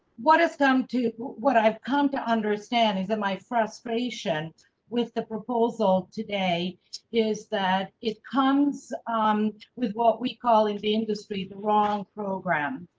what is come to what i've come to understand is that my frustration with the proposal today is that it comes um with what we call in the industry, the wrong program.